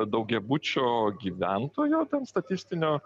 daugiabučio gyventojų ten statistinio